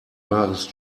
wahres